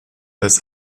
das